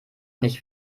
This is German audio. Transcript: nicht